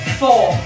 four